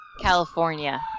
California